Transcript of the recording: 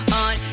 on